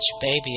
baby